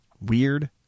weird